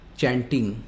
chanting